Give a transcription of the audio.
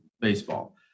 baseball